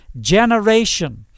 generation